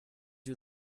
you